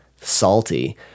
salty